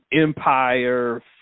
empire